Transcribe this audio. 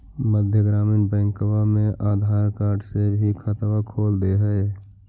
मध्य ग्रामीण बैंकवा मे आधार कार्ड से भी खतवा खोल दे है?